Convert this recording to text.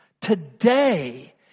Today